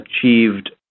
achieved